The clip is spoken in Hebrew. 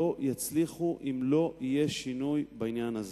לא יצליחו אם לא יהיה שינוי בעניין הזה.